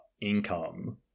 income